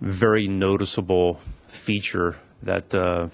very noticeable feature that